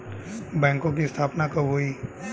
बैंकों की स्थापना कब हुई?